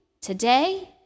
today